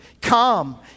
Come